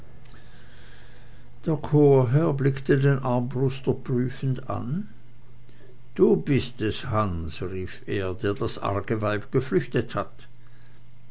blickte den armbruster prüfend an du bist es hans rief er der das arge weib geflüchtet hat